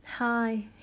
Hi